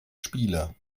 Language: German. spiele